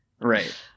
Right